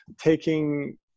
taking